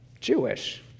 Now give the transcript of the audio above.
Jewish